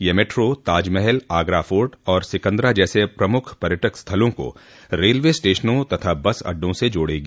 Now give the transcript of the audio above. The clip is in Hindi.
यह मेट्रो ताजमहल आगरा फोर्ट और सिकन्दरा जैसे प्रमुख पर्यटक स्थलों को रेलवे स्टेशनों तथा बस अड्डों से जोड़ेगी